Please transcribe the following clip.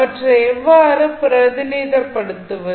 அவற்றை எவ்வாறு பிரதிநிதித்துவபடுத்துவது